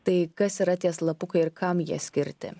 tai kas yra tie slapukai ir kam jie skirti